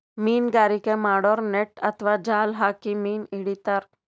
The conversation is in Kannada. ಮೀನ್ಗಾರಿಕೆ ಮಾಡೋರು ನೆಟ್ಟ್ ಅಥವಾ ಜಾಲ್ ಹಾಕಿ ಮೀನ್ ಹಿಡಿತಾರ್